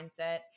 mindset